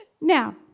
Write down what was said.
Now